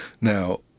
Now